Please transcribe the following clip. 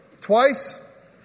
twice